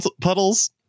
puddles